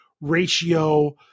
ratio